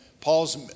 Paul's